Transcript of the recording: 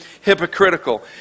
hypocritical